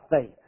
faith